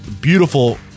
beautiful